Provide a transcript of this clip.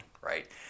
right